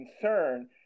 concern